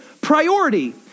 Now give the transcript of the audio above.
priority